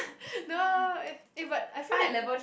no no no eh eh but I feel like